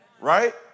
right